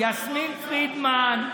יסמין פרידמן,